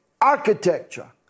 architecture